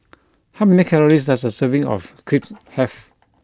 how many calories does a serving of Crepe have